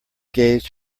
gaze